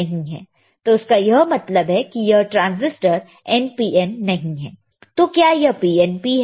तो इसका यह मतलब की यह ट्रांसिस्टर NPN नहीं है तो क्या यह PNP है